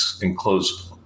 enclosed